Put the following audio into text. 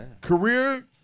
Career